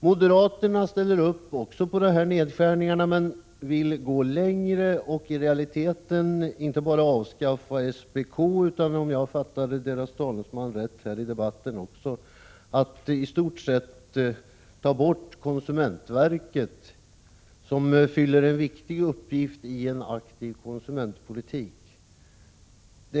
Moderaterna ställer sig bakom kravet på nedskärningar men vill gå längre och i realiteten inte bara avskaffa SPK utan — om jag fattade moderaternas talesman här i debatten rätt — i stort sett slopa konsumentverket, som fyller en viktig uppgift i en aktiv konsumentpolitik.